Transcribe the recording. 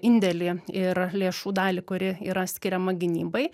indėlį ir lėšų dalį kuri yra skiriama gynybai